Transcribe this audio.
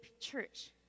church